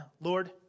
Lord